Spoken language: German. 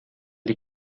die